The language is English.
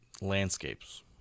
landscapes